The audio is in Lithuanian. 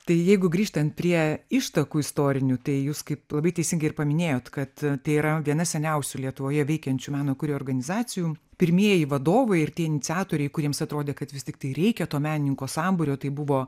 tai jeigu grįžtant prie ištakų istoriniu tai jūs kaip labai teisingai ir paminėjot kad tai yra viena seniausių lietuvoje veikiančių meno kūrėjų organizacijų pirmieji vadovai ir tie iniciatoriai kuriems atrodė kad vis tiktai reikia to menininko sambūrio tai buvo